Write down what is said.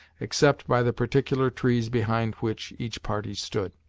except by the particular trees behind which each party stood.